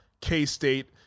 K-State